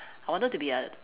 I wanted to be a